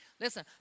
listen